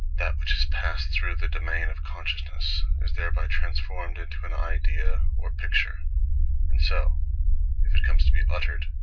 that which has passed through the domain of consciousness is thereby transformed into an idea or picture and so if it comes to be uttered,